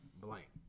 blank